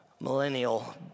millennial